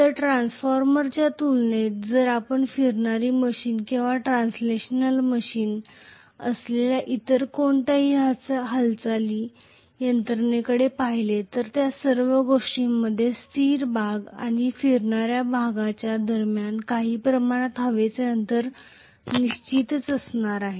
तर ट्रान्सफॉर्मरच्या तुलनेत जर आपण फिरणारी मशीन किंवा ट्रान्सलेशनल मशीन असलेल्या इतर कोणत्याही हालचाली यंत्रणेकडे पाहिले तर त्या सर्व गोष्टींमध्ये स्थिर भाग आणि फिरणाऱ्या भागाच्या दरम्यान काही प्रमाणात हवेचे अंतर निश्चितच असणार आहे